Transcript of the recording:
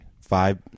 five